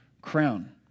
crown